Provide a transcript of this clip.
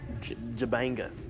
Jabanga